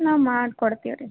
ಹ್ಞೂ ಮಾಡಿ ಕೊಡ್ತಿವಿ ರೀ